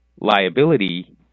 liability